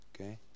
okay